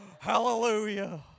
Hallelujah